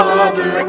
Father